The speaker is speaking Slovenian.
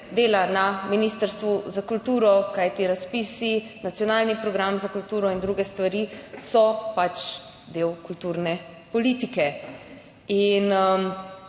dela na Ministrstvu za kulturo, kajti razpisi, nacionalni program za kulturo in druge stvari so del kulturne politike in